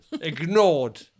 ignored